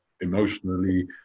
emotionally